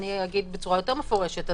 אגיד בצורה יותר מפורשת.